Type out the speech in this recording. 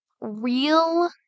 real